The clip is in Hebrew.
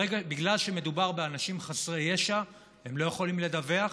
ובגלל שמדובר באנשים חסרי ישע, הם לא יכולים לדווח